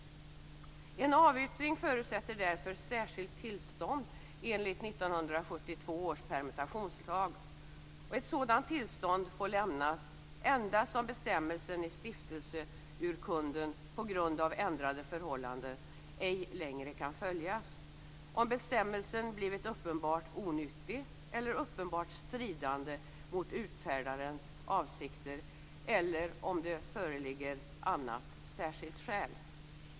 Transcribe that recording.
En avyttring förutsätter därför särskilt tillstånd enligt 1972 års permutationslag. Ett sådant tillstånd får lämnas endast om bestämmelsen i stiftelseurkunden på grund av ändrade förhållanden ej längre kan följas, om bestämmelsen blivit uppenbart onyttig eller uppenbart stridande mot utfärdarens avsikter, eller om det föreligger annat särskilt skäl.